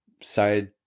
side